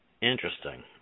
Interesting